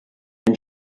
then